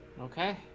Okay